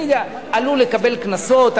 אני עלול לקבל קנסות,